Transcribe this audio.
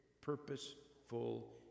purposeful